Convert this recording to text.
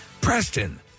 Preston